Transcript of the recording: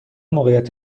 موقعیت